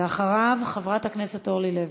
אחריו, חברת הכנסת אורלי לוי.